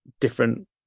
different